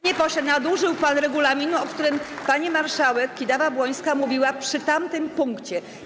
Nadużył pan regulaminu, o którym pani marszałek Kidawa-Błońska mówiła przy tamtym punkcie.